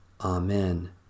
Amen